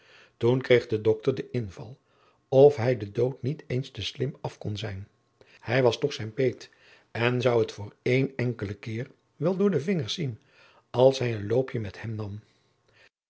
toen kreeg de dokter den inval of hij den dood niet eens te slim af kon zijn hij was toch zijn peet en zou het voor één enkelen keer wel door de vingers zien als hij een loopje met hem nam